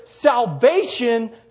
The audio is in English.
salvation